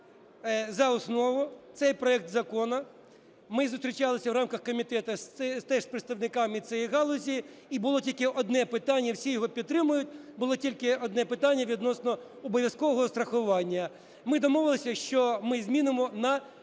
за основу цей проект закону. Ми зустрічалися в рамках комітету теж з представниками цієї галузі. І було тільки одне питання, і всі його підтримують, було тільки одне питання відносно обов'язкового страхування. Ми домовилися, що ми змінимо на добровільне